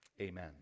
Amen